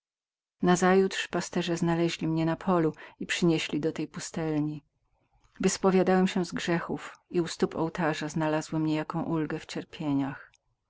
przytomność nazajutrz pasterze znaleźli mnie na polu i przynieśli do tej pustelni wyspowiadałem się z grzechów i u stóp ołtarza znalazłem ulgę w moich cierpieniach